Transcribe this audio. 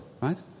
right